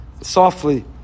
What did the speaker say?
softly